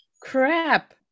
Crap